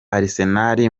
arsenal